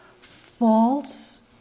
false